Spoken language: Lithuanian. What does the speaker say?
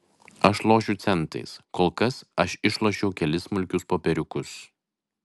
aš lošiu centais kol kas aš išlošiau kelis smulkius popieriukus